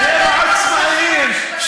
שהם עצמאיים,